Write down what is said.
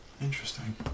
Interesting